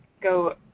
go